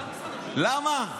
למה?